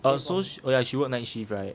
oh so sh~ oh yeah she work night shift right